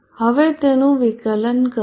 હવે તેનું વિકલન કરો